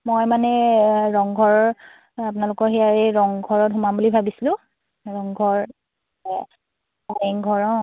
মই মানে ৰংঘৰ আপোনালোকৰ ইয়াৰ এই ৰংঘৰত সোমাম বুলি ভাবিছিলোঁ ৰংঘৰ কাৰেংঘৰ অঁ